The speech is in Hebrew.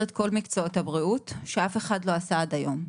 את כל מקצועות הבריאות שאף אחד לא עשה עד היום,